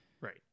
Right